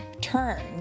turn